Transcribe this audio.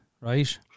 right